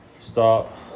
Stop